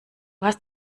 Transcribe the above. hast